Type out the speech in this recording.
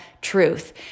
truth